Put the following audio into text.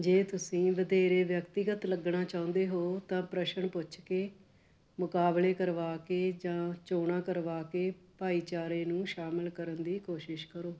ਜੇ ਤੁਸੀਂ ਵਧੇਰੇ ਵਿਅਕਤੀਗਤ ਲੱਗਣਾ ਚਾਹੁੰਦੇ ਹੋ ਤਾਂ ਪ੍ਰਸ਼ਨ ਪੁੱਛ ਕੇ ਮੁਕਾਬਲੇ ਕਰਵਾ ਕੇ ਜਾਂ ਚੋਣਾਂ ਕਰਵਾ ਕੇ ਭਾਈਚਾਰੇ ਨੂੰ ਸ਼ਾਮਲ ਕਰਨ ਦੀ ਕੋਸ਼ਿਸ਼ ਕਰੋ